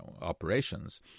operations